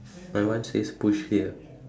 my one says push here